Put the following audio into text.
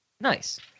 Nice